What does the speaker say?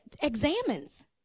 examines